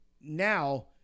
now